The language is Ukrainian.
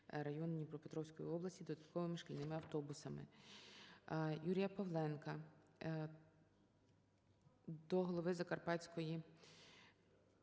район Дніпропетровської області додатковими шкільними автобусами. Юрія Павленка до голови Закарпатської